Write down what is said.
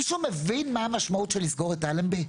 מישהו מבין מה המשמעות של לסגור את אלנבי?